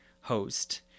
host